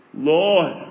Lord